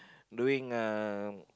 doing uh